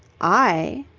i,